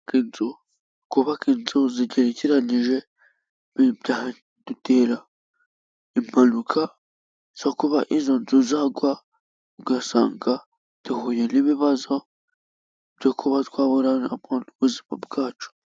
Kubaka inzu zigerekeranije byadutera impanuka zo kuba izo nzu zagwa ugasanga duhuye n'ibibazo byo kuba twaburiramo n'ubuzima bwacu.